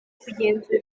kugenzura